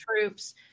troops